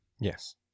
Yes